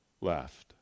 left